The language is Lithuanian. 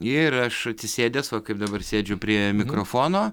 ir aš atsisėdęs va kaip dabar sėdžiu prie mikrofono